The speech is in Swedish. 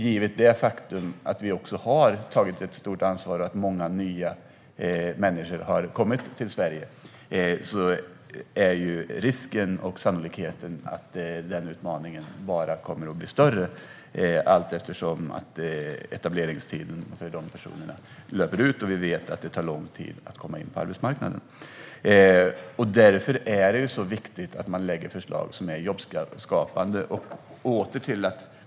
Givet det faktum att vi har tagit ett stort ansvar och att många nya människor har kommit till Sverige är risken att den utmaningen kommer att bli större allteftersom etableringstiden för de personerna löper ut, då vi vet att det tar lång tid att komma in på arbetsmarknaden. Därför är det viktigt att man lägger fram förslag som är jobbskapande.